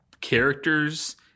characters